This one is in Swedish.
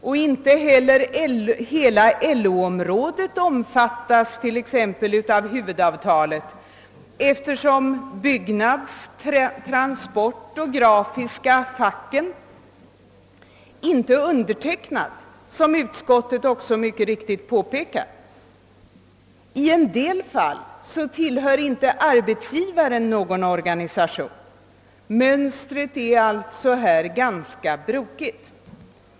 Och inte heller hela LO-området om fattas av hela huvudavtalet, eftersom Byggnadsarbetareförbundet, Transportarbetareförbundet och de grafiska facken inte undertecknat avtalet. I utskottsutlåtandet görs också mycket riktigt ett påpekande i detta avseende. I en del fall kan det vidare vara så att arbetsgivaren inte tillhör någon organisation. Mönstret är alltså ganska brokigt.